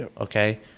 Okay